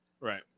right